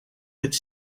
dit